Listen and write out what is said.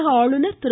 தமிழக ஆளுநர் திரு